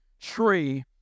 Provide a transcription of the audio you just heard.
tree